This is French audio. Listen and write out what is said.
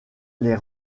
les